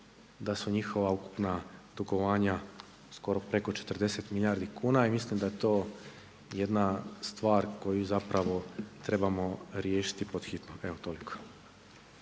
da su njihova ukupna dugovanja skoro preko 40 milijardi kuna. I mislim da je to jedna stvar koju zapravo trebamo riješiti pod hitno. Evo toliko.